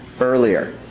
earlier